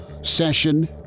session